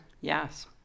Yes